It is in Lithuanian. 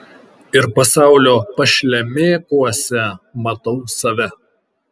ir pasaulio pašlemėkuose matau save